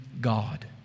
God